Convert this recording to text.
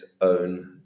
own